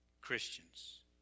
Christians